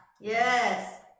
yes